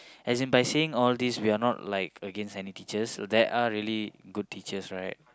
as in by saying all these we're not like against any teachers there are really good teachers right